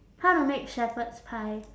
how to make shepherd's pie